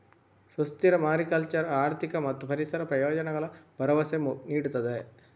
ಸುಸ್ಥಿರ ಮಾರಿಕಲ್ಚರ್ ಆರ್ಥಿಕ ಮತ್ತು ಪರಿಸರ ಪ್ರಯೋಜನಗಳ ಭರವಸೆ ನೀಡುತ್ತದೆ